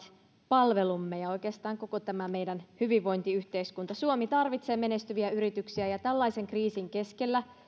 palvelumme ja oikeastaan koko tämä meidän hyvinvointiyhteiskuntamme suomi tarvitsee menestyviä yrityksiä ja tällaisen kriisin keskellä